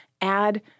Add